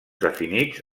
definits